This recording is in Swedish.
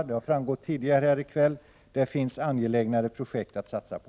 Det har framgått tidigare här i kväll. Det finns angelägnare projekt att satsa på.